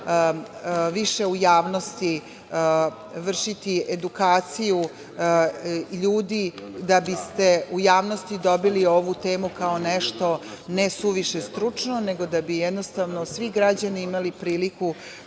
više u javnosti vršiti edukaciju ljudi da biste u javnosti dobili ovu temu ne suviše stručno, nego da bi svi građani imali priliku